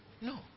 No